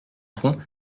front